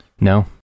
No